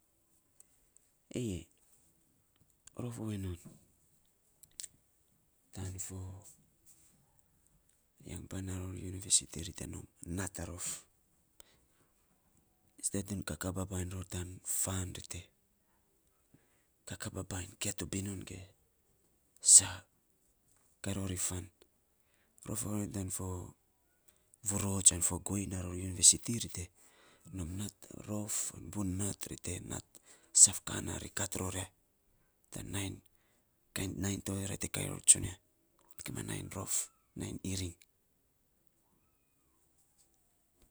Eyei rof ovei non tan fo yang pla naa ror univesiti ri te nom nat a rof. Ri nating kakaa babainy ror tan fan, ri te kakaa babainy fo kia ta binun ge saa, kaa rori fan. Rof ovei non tan fo, vurots au fo guei naa ror univesiti ri te nom nat rof, bun nat ri te nat saf ka naa ri kat ror ya tan nainy kain nainy tovei ra te kaa ror tsunia. kima nainy rof, nainy iring.